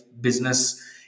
business